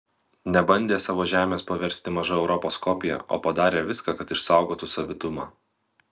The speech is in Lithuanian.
nebandė savo žemės paversti maža europos kopija o padarė viską kad išsaugotų savitumą